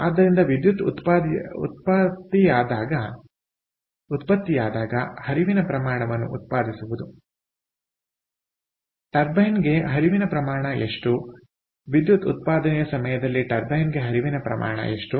ಆದ್ದರಿಂದವಿದ್ಯುತ್ ಉತ್ಪತ್ತಿಯಾದಾಗ ಹರಿವಿನ ಪ್ರಮಾಣವನ್ನು ಉತ್ಪಾದಿಸುವುದು ಟರ್ಬೈನ್ ಗೆ ಹರಿವಿನ ಪ್ರಮಾಣ ಎಷ್ಟು ವಿದ್ಯುತ್ ಉತ್ಪಾದನೆಯ ಸಮಯದಲ್ಲಿ ಟರ್ಬೈನ್ಗೆ ಹರಿವಿನ ಪ್ರಮಾಣ ಎಷ್ಟು